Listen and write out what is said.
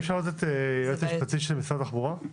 אי אפשר לדבר עם יועץ משפטי של משרד התחבורה?